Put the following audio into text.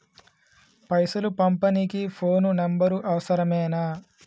పైసలు పంపనీకి phone number అవసరమేనా?